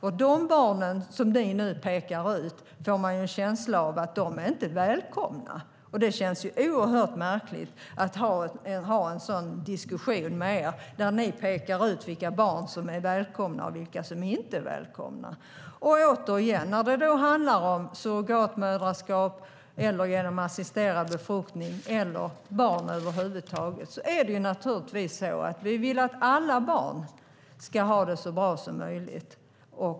Man har en känsla av att de barn som ni nu pekar ut inte är välkomna. Det känns oerhört märkligt att ha en sådan diskussion med er, där ni pekar ut vilka barn som är välkomna och vilka som inte är välkomna. Återigen: När det handlar om surrogatmoderskap eller assisterad befruktning eller barn över huvud taget vill vi naturligtvis att alla barn ska ha det så bra som möjligt.